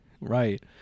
Right